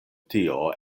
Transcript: tio